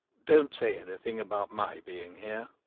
don't say anything about my being here.